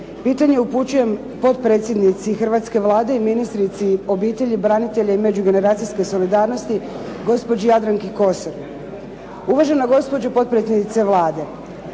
Pitanje upućujem potpredsjednici hrvatske Vlade i ministrici obitelji, branitelja i međugeneracijske solidarnosti, gospođi Jadranki Kosor. Uvažena gospođo potpredsjednice Vlade,